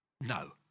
No